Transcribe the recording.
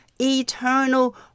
eternal